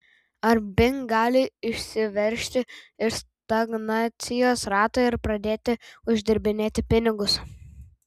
ar bing gali išsiveržti iš stagnacijos rato ir pradėti uždirbinėti pinigus